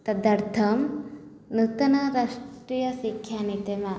तदर्थं नूतनराष्ट्रियशिक्षानीतिम्